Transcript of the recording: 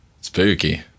Spooky